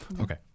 Okay